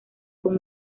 con